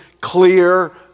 clear